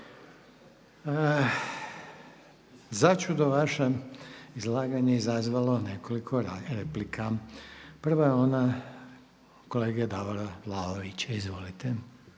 Začudo vaše izlaganje je izazvalo nekoliko replika. Prva je ona kolege Davora Vlaovića. Izvolite.